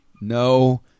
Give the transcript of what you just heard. No